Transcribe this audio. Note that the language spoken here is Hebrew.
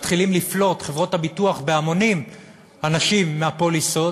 וחברות הביטוח מתחילות לפלוט בהמונים אנשים מהפוליסות,